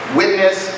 witness